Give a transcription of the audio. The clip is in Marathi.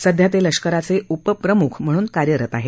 सध्या ते लष्कराचे उपप्रम्ख म्हणून कार्यरत आहेत